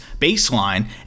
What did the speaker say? baseline